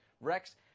Rex